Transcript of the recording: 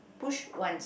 push once